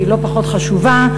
שהיא לא פחות חשובה,